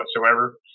whatsoever